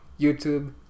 YouTube